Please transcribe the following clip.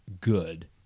good